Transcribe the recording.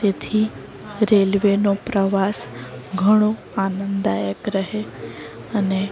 તેથી રેલવેનો પ્રવાસ ઘણો આનંદદાયક રહે અને